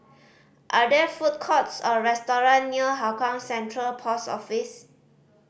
are there food courts or restaurants near Hougang Central Post Office